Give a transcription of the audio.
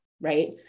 right